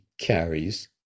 carries